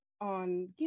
on